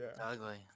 ugly